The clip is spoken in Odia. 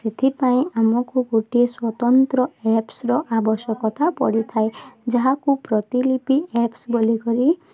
ସେଥିପାଇଁ ଆମକୁ ଗୋଟିଏ ସ୍ୱତନ୍ତ୍ର ଆପ୍ସର ଆବଶ୍ୟକତା ପଡ଼ିଥାଏ ଯାହାକୁ ପ୍ରତିଲିପି ଆପ୍ସ୍ ବୋଲିକରି